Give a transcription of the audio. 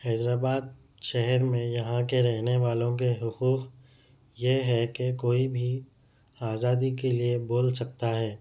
حیدر آباد شہر میں یہاں کے رہنے والوں کے حقوق یہ ہے کہ کوئی بھی آزادی کے لئے بول سکتا ہے